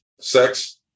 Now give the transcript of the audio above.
sex